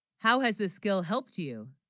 how, has the skill helped you